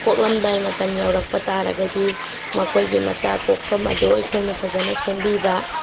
ꯀꯣꯛꯂꯝꯗꯥꯏ ꯃꯇꯝ ꯌꯧꯔꯛꯄ ꯇꯥꯔꯒꯗꯤ ꯃꯈꯣꯏꯒꯤ ꯃꯆꯥ ꯀꯣꯛꯐꯝ ꯑꯗꯣ ꯑꯩꯈꯣꯏꯅ ꯐꯖꯅ ꯁꯦꯝꯕꯤꯕ